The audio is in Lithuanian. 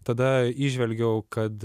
tada įžvelgiau kad